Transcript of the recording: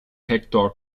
hector